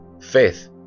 Faith